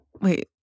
wait